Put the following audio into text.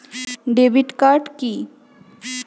Debit card কি?